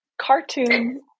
cartoon